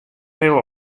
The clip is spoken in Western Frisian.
heel